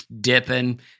dipping